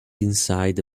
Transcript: inside